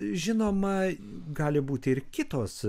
žinoma gali būti ir kitos